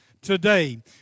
today